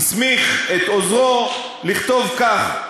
והסמיך את עוזרו לכתוב כך,